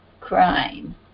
crime